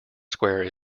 square